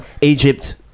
Egypt